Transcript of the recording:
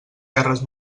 terres